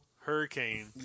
Hurricane